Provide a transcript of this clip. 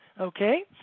okay